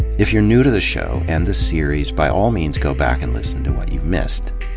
if you're new to the show, and the series, by all means go back and listen to what you've missed.